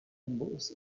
both